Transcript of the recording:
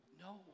no